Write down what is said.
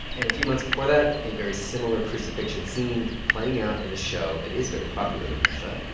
and a few months before that, a very similar crucifixion scene playing out in a show that is very popular in russia.